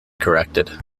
corrected